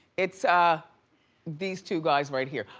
it's ah these two guys right here.